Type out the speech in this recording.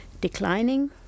declining